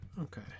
Okay